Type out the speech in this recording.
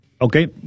Okay